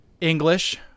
English